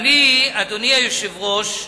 אדוני היושב-ראש,